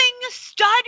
stud